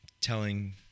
telling